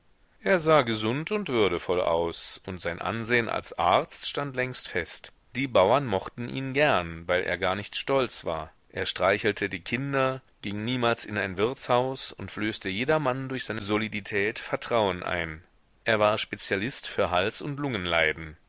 er sah gesund und würdevoll aus und sein ansehen als arzt stand längst fest die bauern mochten ihn gern weil er gar nicht stolz war er streichelte die kinder ging niemals in ein wirtshaus und flößte jedermann durch seine solidität vertrauen ein er war spezialist für hals und